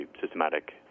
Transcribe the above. systematic